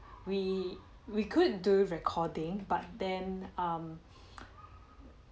we we could do recording but then um